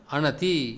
Anati